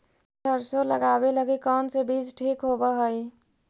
सरसों लगावे लगी कौन से बीज ठीक होव हई?